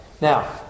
Now